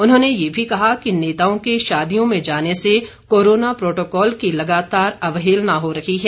उन्होंने ये भी कहा कि नेताओं के शादियों में जाने से कोरोना प्रौटोकॉल की लगातार अवहेलना हो रही है